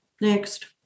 Next